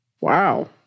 Wow